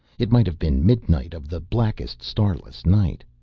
it might have been midnight of the blackest, starless night.